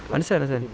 understand understand